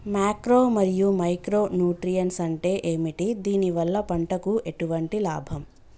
Macro మరియు micro nutrients అంటే ఏమిటి? దీనివల్ల పంటకు ఎటువంటి లాభం?